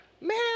man